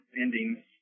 ending